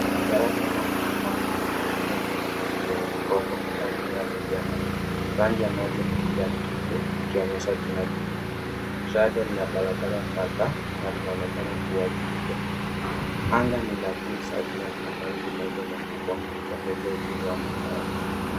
Daraja refu na pana linavuka eneo la maji lenye mikopo au mimea mingi ya maji. Rangi ya maji ni kijani kibuluu, likionyesha kina kifupi. Daraja lina barabara kadhaa na linaonekana kuwa jipya. Anga ni la bluu safi, na lina mawingu meupe makubwa. Ikiongezea uzuri wa mandhari.